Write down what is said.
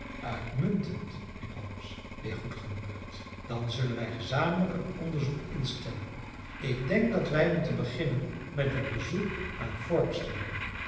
uitmuntend riep holmes weer goed gehumeurd dan zullen wij gezamenlijk een onderzoek instellen ik denk dat wij moeten beginnen met een bezoek aan forbes te brengen